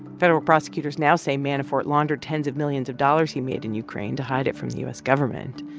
federal prosecutors now say manafort laundered tens of millions of dollars he made in ukraine to hide it from the u s. government.